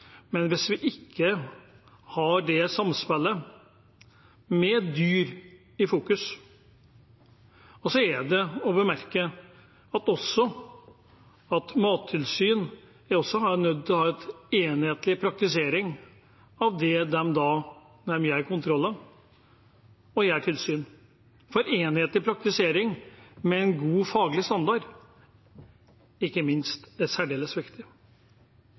men vi må ha det samspillet, med dyr i fokus. Det er å bemerke at Mattilsynet er nødt til å ha en enhetlig praktisering når de gjør kontroller og har tilsyn, for enhetlig praktisering, ikke minst med en god faglig standard, er særdeles viktig.